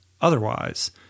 otherwise